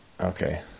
Okay